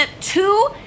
two